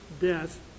death